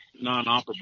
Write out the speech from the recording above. non-operable